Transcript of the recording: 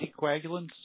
anticoagulants